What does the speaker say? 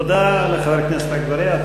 תודה לחבר הכנסת אגבאריה.